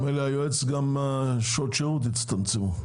גם שעות השירות הצטמצמו.